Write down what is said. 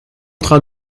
train